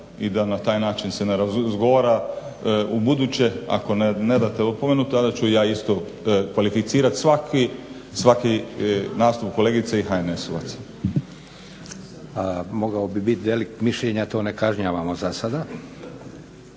i da na taj način se ne razgovara. Ubuduće ako ne date opomenu tada ću i ja isto kvalificirati svaki nastup kolegice i HNS-ovaca. **Leko, Josip (SDP)** Mogao bi biti delikt mišljenja, a to ne kažnjavamo zasada.